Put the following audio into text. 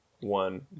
one